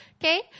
Okay